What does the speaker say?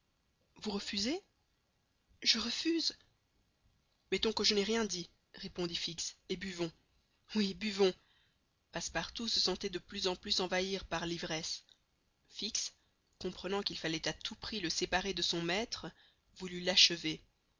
vous refusez je refuse mettons que je n'ai rien dit répondit fix et buvons oui buvons passepartout se sentait de plus en plus envahir par l'ivresse fix comprenant qu'il fallait à tout prix le séparer de son maître voulut l'achever